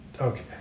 Okay